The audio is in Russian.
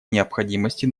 необходимости